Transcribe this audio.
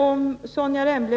Om Sonja Rembo